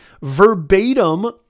verbatim